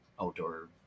outdoor